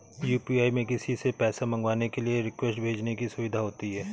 UPI में किसी से पैसा मंगवाने के लिए रिक्वेस्ट भेजने की सुविधा होती है